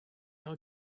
are